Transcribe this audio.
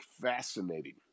fascinating